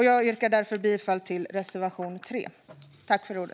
Jag yrkar därför bifall till reservation 3.